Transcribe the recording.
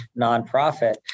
nonprofit